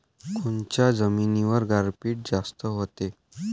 कोनच्या जमिनीवर गारपीट जास्त व्हते?